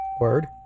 Word